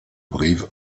brive